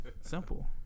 Simple